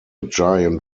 giant